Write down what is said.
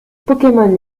pokemon